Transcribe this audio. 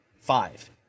five